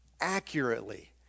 accurately